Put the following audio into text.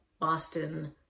Boston